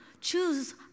Choose